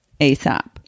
ASAP